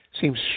seems